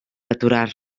aturar